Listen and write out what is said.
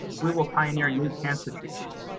we will pioneer new cancer treatments.